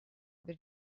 their